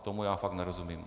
Tomu já fakt nerozumím.